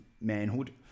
manhood